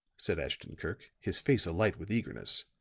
said ashton-kirk, his face alight with eagerness.